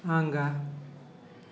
आगाँ